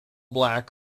black